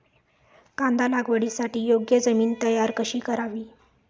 कांदा लागवडीसाठी योग्य जमीन तयार कशी करावी?